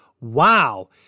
wow